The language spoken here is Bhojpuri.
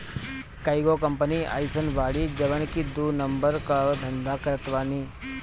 कईगो कंपनी अइसन बाड़ी जवन की दू नंबर कअ धंधा करत बानी